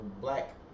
black